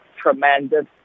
tremendous